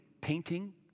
painting